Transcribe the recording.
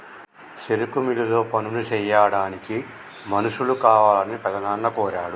సెరుకు మిల్లులో పనులు సెయ్యాడానికి మనుషులు కావాలని పెద్దనాన్న కోరాడు